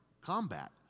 combat